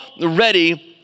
ready